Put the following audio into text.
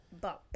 bump